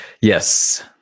Yes